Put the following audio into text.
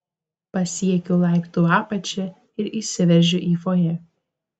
pasiekiu laiptų apačią ir įsiveržiu į fojė